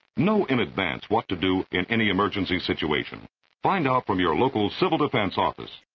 know in advance what to do in any emergency situation. find out from your local civil defense office.